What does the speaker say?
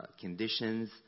conditions